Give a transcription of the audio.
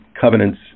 covenants